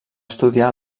estudiar